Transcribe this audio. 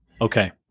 Okay